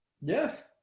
Yes